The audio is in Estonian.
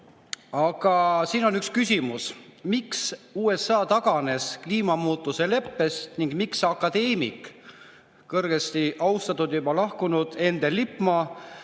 Aga siin on üks küsimus: miks USA taganes kliimaleppest ning miks akadeemiku, kõrgesti austatud, juba lahkunud Endel Lippmaa